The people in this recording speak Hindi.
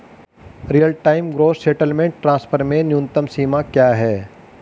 Real time gross settlement transfer में न्यूनतम सीमा क्या है?